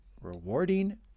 rewarding